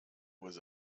was